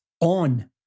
on